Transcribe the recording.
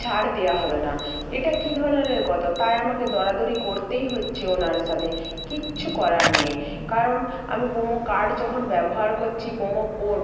ছাড় দেয়া হবে না এটা কী ধরনের কতা আমাকে দরাদরি করতেই হচ্ছে ওনার সাথে কিচ্ছু করার নেই কারণ আমি প্রোমো কার্ড যখন ব্যবহার করছি প্রোমো কোড